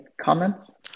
comments